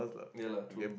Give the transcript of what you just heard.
ya lah true